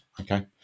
Okay